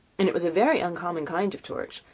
and it was a very uncommon kind of torch,